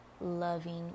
loving